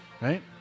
right